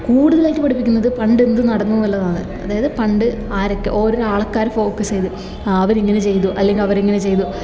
കൂടുതലായിട്ട് പഠിപ്പിക്കുന്നത് പണ്ട് എന്ത് നടന്നു എന്നുള്ളതാണ് അതായത് പണ്ട് ആരൊക്കെ ഓരോ ആൾക്കാരെ ഫോക്കസ് ചെയ്ത് അവരിങ്ങനെ ചെയ്തു അല്ലെങ്കിൽ അവർ എങ്ങനെ ചെയ്തു